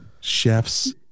chef's